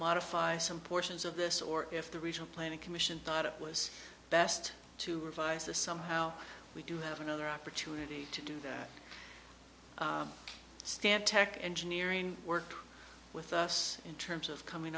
modify some portions of this or if the regional planning commission thought it was best to revise this somehow we do have another opportunity to do that stan tech engineering worked with us in terms of coming